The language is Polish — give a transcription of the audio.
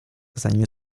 zanim